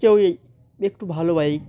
কেউ এই একটু ভালো বাইক